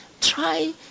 try